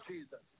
Jesus